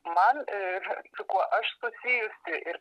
man ir su kuo aš susijusi ir